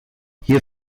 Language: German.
hier